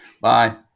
Bye